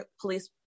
police